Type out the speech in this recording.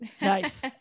Nice